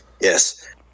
Yes